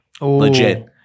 Legit